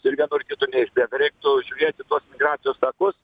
ir vienur ir kitur neįspėta reiktų žiūrėti tuos migracijos takus